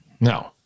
No